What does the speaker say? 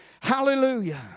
hallelujah